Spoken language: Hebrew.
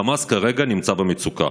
חמאס כרגע נמצא במצוקה,